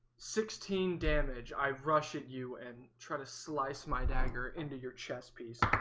sixteen damage i rush at you and try to slice my dagger into your chest piece